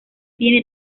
tiene